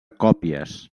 còpies